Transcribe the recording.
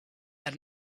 that